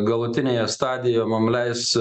galutinėje stadijo mums leis